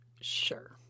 Sure